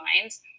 minds